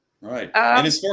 Right